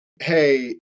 Hey